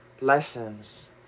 lessons